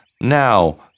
now